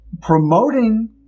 promoting